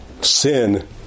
Sin